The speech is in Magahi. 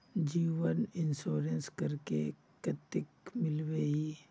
जीवन इंश्योरेंस करले कतेक मिलबे ई?